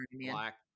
black –